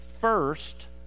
first